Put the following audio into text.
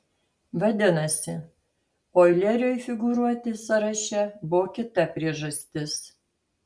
vadinasi oileriui figūruoti sąraše buvo kita priežastis